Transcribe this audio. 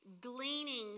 gleaning